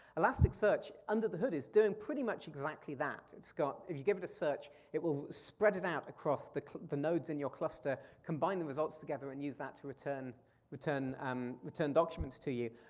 elasticsearch under the hood is doing pretty much exactly that, it's got, if you give it a search, it will spread it out across the the nodes in your cluster, combine the results together and use that to return return um documents to you.